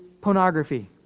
pornography